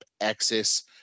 access